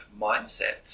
mindset